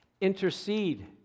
intercede